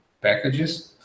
packages